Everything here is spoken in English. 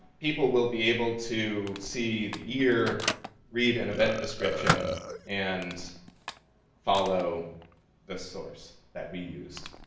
people will be able to see the year read an event description and follow the source that we used,